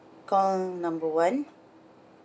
call number one